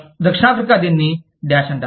దక్షిణాఫ్రికా దీనిని డాష్ అంటారు